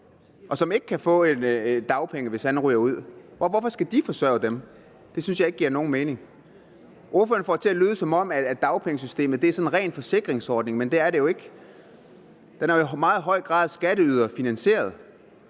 og som ikke kan få dagpenge, hvis han ryger ud. Hvorfor skal de forsørge dem? Det synes jeg ikke giver nogen mening. Ordføreren får det til at lyde, som om dagpengesystemet er sådan en ren forsikringsordning, men det er det jo ikke. Det er jo i meget høj grad skatteyderfinansieret,